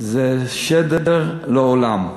זה שדר לעולם.